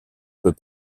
peux